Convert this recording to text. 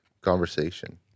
conversation